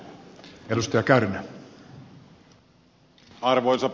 arvoisa puhemies